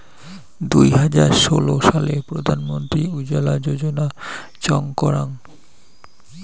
দুই হাজার ষোলো সালে প্রধান মন্ত্রী উজ্জলা যোজনা চং করাঙ